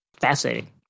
fascinating